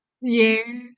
Yes